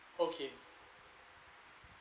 okay